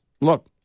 look